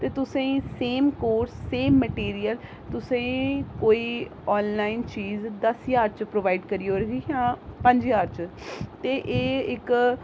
ते तुसें ई सेम कोर्स सेम मटिरियल तुसें ई कोई आनलाइन चीज दस ज्हार च प्रोवाइड करी ओड़ङन जां पंज ज्हार च ते एह् इक